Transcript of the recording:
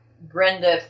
Brenda